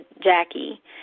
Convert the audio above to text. Jackie